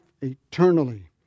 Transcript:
eternally